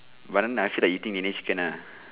but then I don't feel like eating any chicken lah